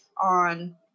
on